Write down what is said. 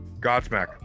Godsmack